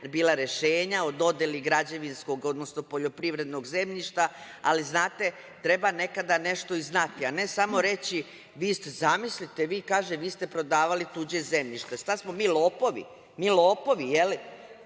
bila rešenja o dodeli građevinskog, odnosno poljoprivrednog zemljišta. Ali, znate, treba nekad nešto i znati, a ne samo reći, zamislite, kaže – vi ste prodavali tuđe zemljište. Šta smo mi, lopovi? Mi lopovi, je